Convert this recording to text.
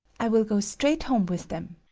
i will go straight home with them.